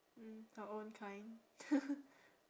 mm her own kind